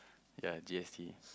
ya G_S_T